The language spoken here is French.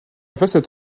façade